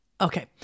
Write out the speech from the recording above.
okay